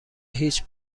هیچ